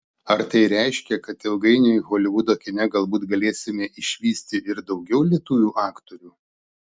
ar tai reiškia kad ilgainiui holivudo kine galbūt galėsime išvysti ir daugiau lietuvių aktorių